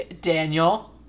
Daniel